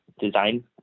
design